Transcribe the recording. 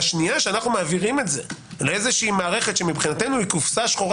בשנייה שאנו מעבירים את זה למערכת שהיא מבחינתנו קופסה שחורה